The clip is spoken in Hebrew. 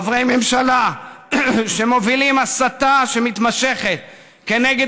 חברי ממשלה שמובילים הסתה מתמשכת כנגד